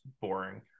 boring